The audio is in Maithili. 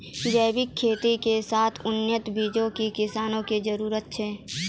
जैविक खेती के साथे उन्नत बीयो के किसानो के जरुरत छै